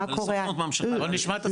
מה קורה --- הסוכנות ממשיכה להטיס.